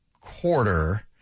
quarter